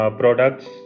products